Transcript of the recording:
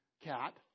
cat